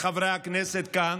לחברי הכנסת כאן: